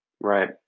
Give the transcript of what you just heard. Right